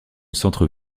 centre